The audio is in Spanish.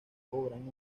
cobran